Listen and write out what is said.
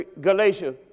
Galatia